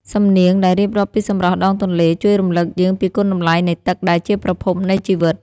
សំនៀងដែលរៀបរាប់ពីសម្រស់ដងទន្លេ ជួយរំលឹកយើងពីគុណតម្លៃនៃទឹកដែលជាប្រភពនៃជីវិត។